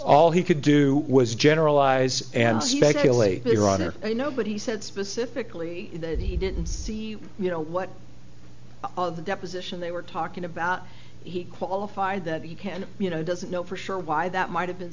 all he could do was generalize and speculate but your honor i know but he said specifically that he didn't see you know what the deposition they were talking about he qualified that you can you know doesn't know for sure why that might have been